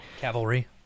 cavalry